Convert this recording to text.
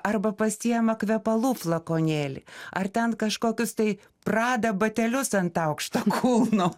arba pasiima kvepalų flakonėlį ar ten kažkokius tai prada batelius ant aukšto kulno